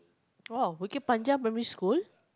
!wow! Bukit-Panjang primary school